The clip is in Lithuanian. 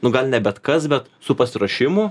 nu gal ne bet kas bet su pasiruošimu